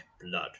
blood